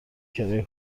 کرایه